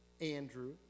andrew